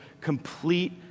complete